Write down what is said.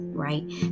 Right